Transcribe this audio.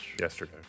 Yesterday